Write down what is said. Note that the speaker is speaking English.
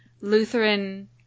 lutheran